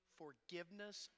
forgiveness